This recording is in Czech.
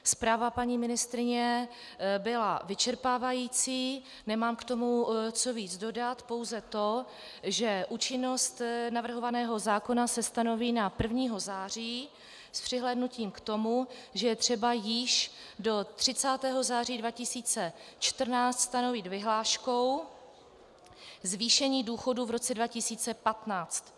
Zpráva paní ministryně byla vyčerpávající, nemám k tomu co víc dodat, pouze to, že účinnost navrhovaného zákona se stanoví na 1. září s přihlédnutím k tomu, že je třeba již do 30. září 2014 stanovit vyhláškou zvýšení důchodů v roce 2015.